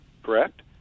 Correct